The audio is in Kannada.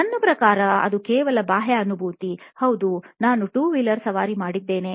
ನನ್ನ ಪ್ರಕಾರ ಅದು ಕೇವಲ ಬಾಹ್ಯ ಅನುಭೂತಿ ಹೌದು ನಾನು 2 ವೀಲರ್ ಸವಾರಿ ಮಾಡಿದ್ದೇನೆ